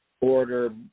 order